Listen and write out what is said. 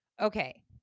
Okay